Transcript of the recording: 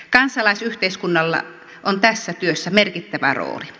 kansalaisyhteiskunnalla on tässä työssä merkittävä rooli